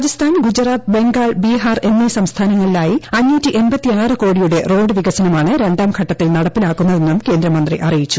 രാജസ്ഥാൻ ഗൂജ്റാത്ത് ബംഗാൾ ബീഹാർ എന്നീ സംസ്ഥാനങ്ങളിലായി ടാപ്പ് കോടിയുടെ റോഡ് വികസനമാണ് രണ്ടാംഘട്ടത്തിൽ നടപ്പിലാക്കുന്നതെന്നും കേന്ദ്രമന്ത്രി അറിയിച്ചു